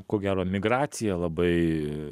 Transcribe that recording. ko gero emigracija labai